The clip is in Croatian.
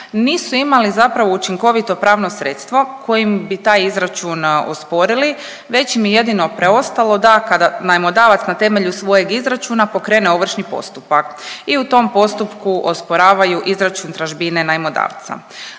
nisu imali zapravo učinkovito pravno sredstvo kojim bi taj izračun osporili već im je jedino preostalo da kada najmodavac na temelju svojeg izračuna pokrene ovršni postupak i u tom postupku osporavaju izračun tražbine najmodavca.